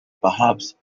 perhaps